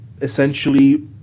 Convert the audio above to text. essentially